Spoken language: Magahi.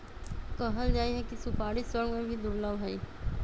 कहल जाहई कि सुपारी स्वर्ग में भी दुर्लभ हई